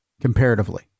comparatively